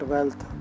Wealth